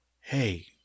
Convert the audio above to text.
hey